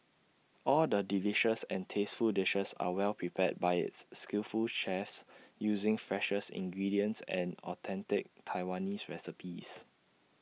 all the delicious and tasteful dishes are well prepared by its skillful chefs using freshest ingredients and authentic Taiwanese recipes